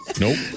Nope